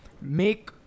make